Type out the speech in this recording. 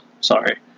Sorry